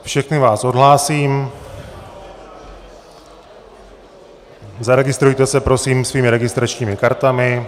Všechny vás odhlásím, zaregistrujte se prosím svými registračními kartami.